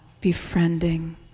befriending